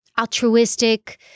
altruistic